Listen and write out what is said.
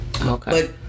okay